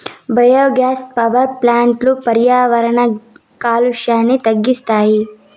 biogas power ప్లాంట్లు పర్యావరణ కాలుష్యాన్ని తగ్గిస్తాయి